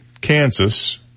Kansas